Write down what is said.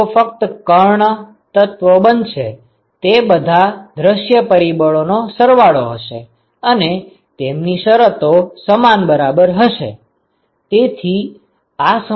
તત્વો ફક્ત કર્ણ તત્વો બનશે તે બધા દૃશ્ય પરિબળો નો સરવાળો હશે અને તેમની શરતો સમાન બરાબર રહેશે